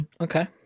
Okay